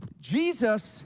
Jesus